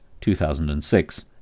2006